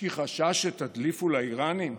כי חשש שתדליפו לאיראנים,